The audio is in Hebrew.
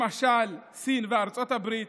למשל סין וארצות הברית.